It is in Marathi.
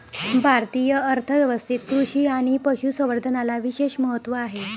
भारतीय अर्थ व्यवस्थेत कृषी आणि पशु संवर्धनाला विशेष महत्त्व आहे